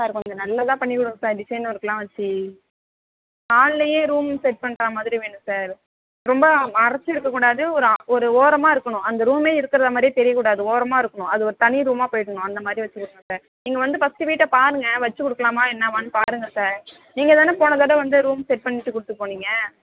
sir கொஞ்சம் நல்லதாக பண்ணிக் கொடுங்க சார் டிசைன் ஒர்கெலாம் வச்சு ஹால்லேயே ரூம் செட் பண்ணுற மாதிரி வேணும் சார் ரொம்ப மறைச்சிருக்கக் கூடாது ஒரு ஓரமாக இருக்கணும் அந்த ரூமே இருக்கிற மாதிரி தெரியக் கூடாது ஓரமாக இருக்கணும் அது ஒரு தனி ரூமாக போய்விடணும் அந்தமாதிரி வச்சுருங்க சார் நீங்கள் வந்த ஃபஸ்டு வீட்டைப் பாருங்க வச்சுக் கொடுக்கலாமா என்னவான்னு பாருங்க சார் நீங்கள் தானே போன தடவை வந்து ரூம் செட் பண்ணிவிட்டு கொடுத்துட்டுப் போனீங்க